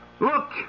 Look